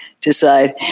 decide